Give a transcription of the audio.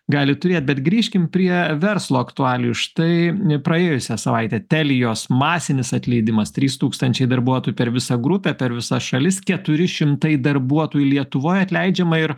gali turėt bet grįžkim prie verslo aktualijų štai praėjusią savaitę telijos masinis atleidimas trys tūkstančiai darbuotojų per visą grupę per visas šalis keturi šimtai darbuotojų lietuvoj atleidžiama ir